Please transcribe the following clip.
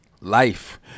Life